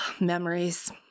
Memories